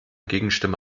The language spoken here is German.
gegenstimme